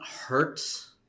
hurts